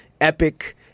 epic